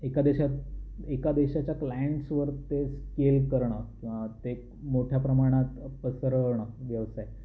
एका देशात एका देशाच्या क्लाएंट्सवर ते स्केल करणं किंवा ते मोठ्या प्रमाणात पसरवणं व्यवसाय